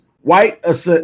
white